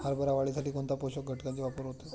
हरभरा वाढीसाठी कोणत्या पोषक घटकांचे वापर होतो?